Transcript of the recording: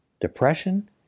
depression